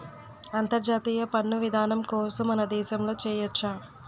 అంతర్జాతీయ పన్ను విధానం కోర్సు మన దేశంలో చెయ్యొచ్చా